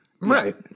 Right